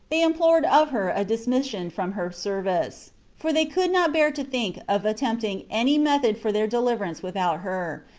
they implored of her a dismission from her service for they could not bear to think of attempting any method for their deliverance without her,